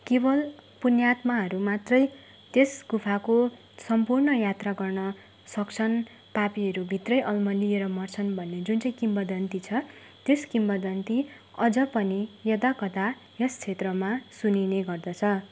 केवल पुण्यात्माहरू मात्रै त्यस गुफाको सम्पूर्ण यात्रा गर्न सक्छन् पापीहरू भित्रै अल्मलिएर मर्छन् भन्ने जुन चाहिँ किंवदन्ती छ त्यस किंवदन्ती अझ पनि यदाकदा यस क्षेत्रमा सुनिने गर्दछ